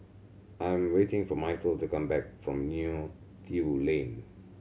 I am waiting for Myrtle to come back from Neo Tiew Lane